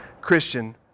Christian